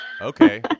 okay